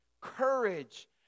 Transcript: courage